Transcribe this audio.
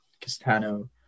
Castano